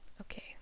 okay